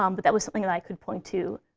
um but that was something that i could point to.